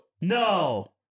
no